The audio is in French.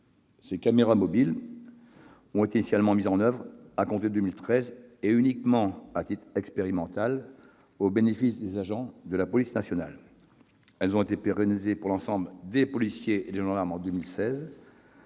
Ces caméras mobiles ont été initialement mises en oeuvre à compter de 2013, et uniquement à titre expérimental, au bénéfice des agents de la police nationale. Elles ont été pérennisées pour l'ensemble des policiers et des gendarmes en 2016.